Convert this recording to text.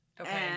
Okay